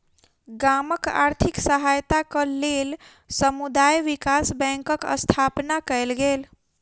गामक आर्थिक सहायताक लेल समुदाय विकास बैंकक स्थापना कयल गेल